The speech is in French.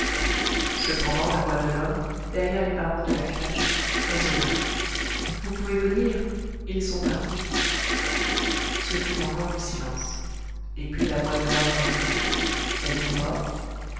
cependant la voix de l'homme derrière les barreaux de la cage résonna vous pouvez venir ils sont partis ce fut encore le silence et puis la voix de l'homme reprit etes-vous morts